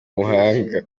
muhanga